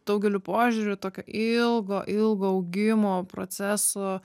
daugeliu požiūrių tokio ilgo ilgo augimo proceso